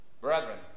Brethren